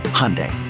Hyundai